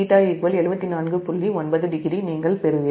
90 நீங்கள் பெறுவீர்கள்